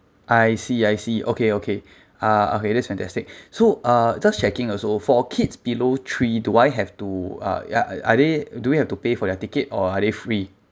I see I see okay okay uh okay that's fantastic so uh just checking also for kids below three do I have to uh ya are they do we have to pay for their ticket or are they free